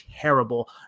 terrible